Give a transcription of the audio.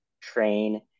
train